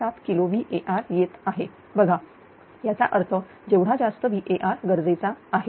7 किलोVAr येत आहे बघा याचा अर्थ जेवढा जास्त VAr गरजेचा आहे